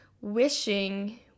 wishing